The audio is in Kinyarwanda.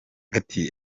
ati